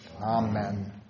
Amen